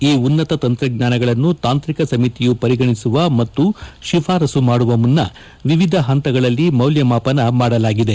ಈ ಉನ್ನತ ತಂತ್ರಜ್ಞಾನಗಳನ್ನು ತಾಂತ್ರಿಕ ಸಮಿತಿಯು ಪರಿಗಣಿಸುವ ಮತ್ತು ಶಿಫಾರಸು ಮಾಡುವ ಮುನ್ಸ ವಿವಿಧ ಹಂತಗಳಲ್ಲಿ ಮೌಲ್ಯಮಾಪನ ಮಾಡಲಾಗಿದೆ